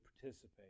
participate